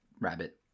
rabbit